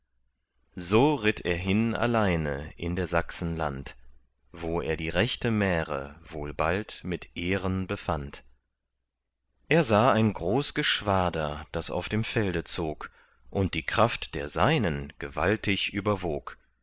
so ritt er hin alleine in der sachsen land wo er die rechte märe wohl bald mit ehren befand er sah ein groß geschwader das auf dem felde zog und die kraft der seinen gewaltig überwog